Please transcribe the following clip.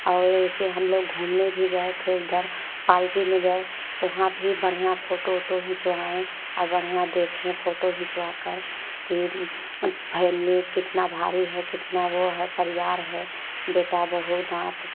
और ऐसे हम लोग घूमने भी गए थे एक धर पार्टी में गए तो वहाँ भी बढ़िया फोटो वोटो घिंचवाएँ अब बढ़िया देखें फोटो घिंचवाकर कि फैमिली कितना भारी है कितना वो है परिवार है बेटा बहू नाथ